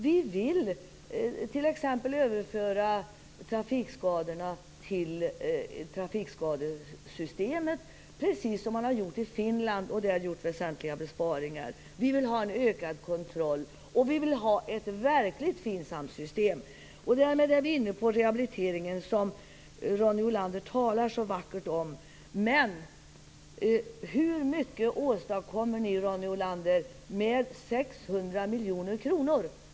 Vi vill t.ex. överföra trafikskadorna till trafikskadesystemet, precis som man har gjort i Finland, där man har gjort väsentliga besparingar. Vi vill ha en ökad kontroll, och vi vill ha ett verkligt FINSAM-system. Därmed är vi inne på rehabiliteringen, som Ronny Olander talar så vackert om. Men hur mycket åstadkommer ni med 600 miljoner kronor?